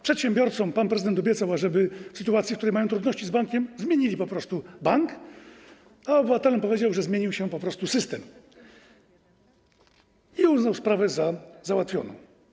Przedsiębiorcom pan prezydent powiedział, ażeby w sytuacji, w której mają trudności z bankiem, zmienili po prostu bank, a obywatelom powiedział, że zmienił się po prostu system, i uznał sprawę za załatwioną.